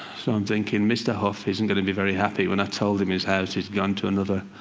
so i'm thinking, mr. huf isn't going to be very happy when i told him his house has gone to another,